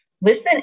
Listen